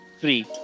three